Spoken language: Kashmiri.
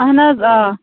اَہَن حظ آ